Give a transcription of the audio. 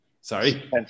Sorry